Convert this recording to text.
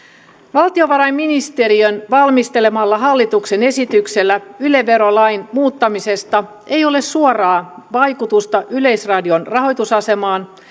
valtiovarainministeriön valmistelemalla hallituksen esityksellä yle verolain muuttamisesta ei ole suoraa vaikutusta yleisradion rahoitusasemaan